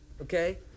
okay